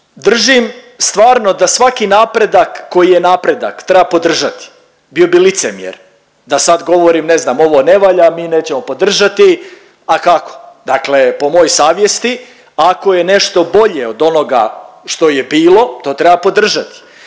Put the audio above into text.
Držim stvarno da svaki napredak koji je napredak treba podržati. Bio bi licemjer da sad govorim ne znam, ovo ne valja, mi nećemo podržati, a kako. Dakle po mojoj savjesti ako je nešto bolje od onoga što je bilo to treba podržati.